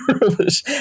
rubbish